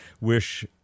wish